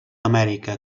amèrica